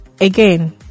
again